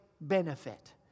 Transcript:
benefit